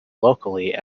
locally